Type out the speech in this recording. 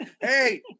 hey